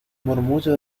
murmullo